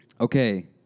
okay